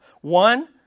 One